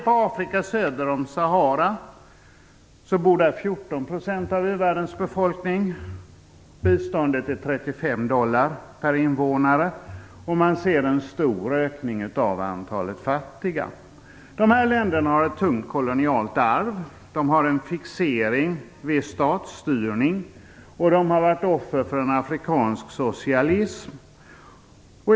I Afrika söder om Sahara bor 14 % av u-världens befolkning. Biståndet är 35 dollar per invånare. Där sker en stor ökning av antalet fattiga. Dessa länder har ett tungt kolonialt arv. De har en fixering vid statsstyrning. De har varit offer för en afrikansk socialism.